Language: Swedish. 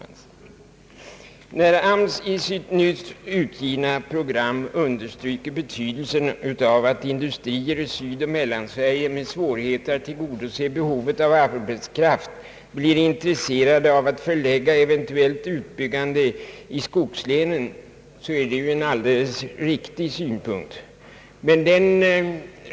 När AMS i sitt nyss utgivna program understryker betydelsen av att industrier i Sydoch Mellansverige med svårigheter att tillgodose behovet av arbetskraft blir intresserade av att förlägga eventuell utbyggnad till skogslänen, är det en helt riktig synpunkt.